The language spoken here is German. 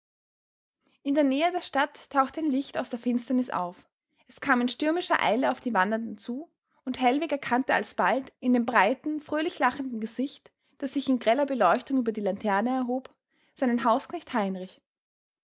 in der nähe der stadt tauchte ein licht aus der finsternis auf es kam in stürmischer eile auf die wandernden zu und hellwig erkannte alsbald in dem breiten fröhlich lachenden gesicht das sich in greller beleuchtung über die laterne erhob seinen hausknecht heinrich